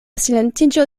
silentiĝo